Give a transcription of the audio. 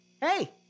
Hey